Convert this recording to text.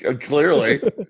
Clearly